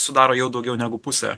sudaro jau daugiau negu pusę